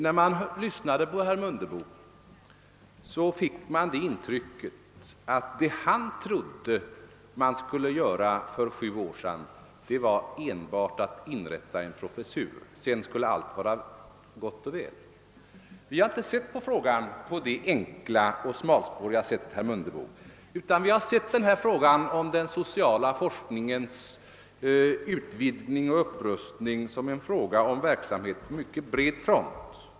När jag lyssnade på herr Mundebo fick jag intrycket att det han trodde att man skulle göra för sju år sedan var enbart att inrätta en professur; sedan skulle allt vara gott och väl. Vi har inte sett frågan på det enkla och smalspåriga sättet, herr Mundebo. Vi har sett frågan om den sociala forskningens utvidgning och upprustning som en fråga om verksamhet på mycket bred front.